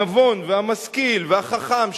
הנבון והמשכיל והחכם,